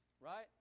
Right